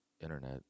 internet